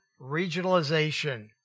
regionalization